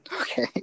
Okay